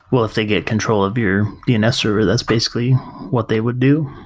well, if they get control of your dns server that's basically what they would do.